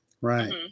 right